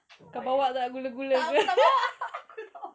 I'm like !aww! tak aku tak bawa